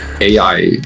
ai